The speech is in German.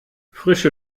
frische